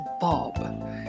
Bob